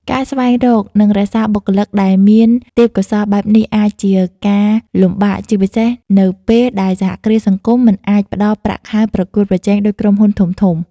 ការស្វែងរក និងរក្សាបុគ្គលិកដែលមានទេពកោសល្យបែបនេះ អាចជាការលំបាក ជាពិសេសនៅពេលដែលសហគ្រាសសង្គមមិនអាចផ្តល់ប្រាក់ខែប្រកួតប្រជែងដូចក្រុមហ៊ុនធំៗ ។